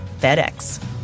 FedEx